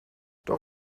doch